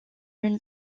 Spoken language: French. une